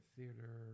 Theater